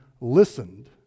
listened